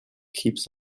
keeps